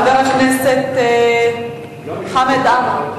חבר הכנסת חמד עמאר?